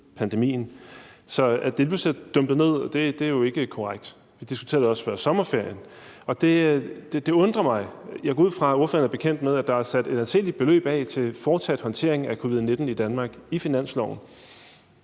Så at det lige pludselig er dumpet ned, er jo ikke korrekt. Vi diskuterede det også før sommerferien. Så derfor undrer det mig. Jeg går ud fra, at ordføreren er bekendt med, at der er sat et anseligt beløb af i finansloven til fortsat håndtering af covid-19 i Danmark. Hvis vi